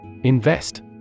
Invest